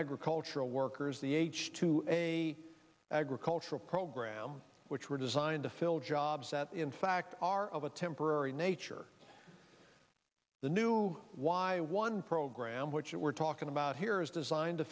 agricultural workers the h two a agricultural program which were designed to fill jobs that in fact are of a temporary nature the new why one program which we're talking about here is designed to